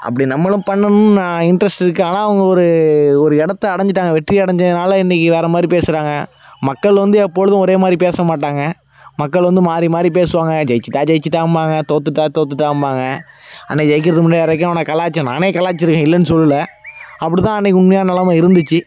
அப்படி நம்மளும் பண்ணணும் இன்ட்ரஸ்ட் இருக்குது ஆனால் அவங்க ஒரு ஒரு இடத்த அடைஞ்சிட்டாங்க வெற்றி அடைஞ்சதுனால இன்றைக்கி வேறு மாதிரி பேசுறாங்க மக்கள் வந்து எப்பொழுதும் ஒரே மாதிரி பேச மாட்டாங்க மக்கள் வந்து மாறி மாறி பேசுவாங்க ஜெயிச்சிட்டால் ஜெயிச்சிட்டான்பாங்க தோத்துட்டால் தோத்துட்டான்பாங்க ஆனால் ஜெயிக்கிறதுக்கு முன்னாடி வரைக்கும் நான் கலாயித்தேன் நானே கலாய்த்திருக்கேன் இல்லைனு சொல்லலை அப்படிதான் அன்றைக்கி உண்மையான நெலமை இருந்துச்சு